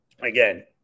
again